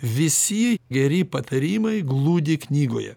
visi geri patarimai glūdi knygoje